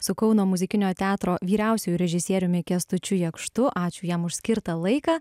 su kauno muzikinio teatro vyriausiuoju režisieriumi kęstučiu jakštu ačiū jam už skirtą laiką